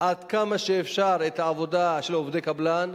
עד כמה שאפשר את העבודה של עובדי קבלן,